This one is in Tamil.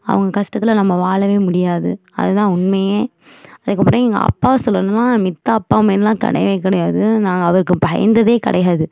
அவங்க கஷ்டத்தில் நம்ம வாழவே முடியாது அது தான் உண்மையே அதற்கப்பறம் எங்கள் அப்பாவை சொல்லணுன்னா மத்த அப்பா மாரிலாம் கிடையவே கிடயாது நாங்கள் அவருக்கு பயந்ததே கிடையாது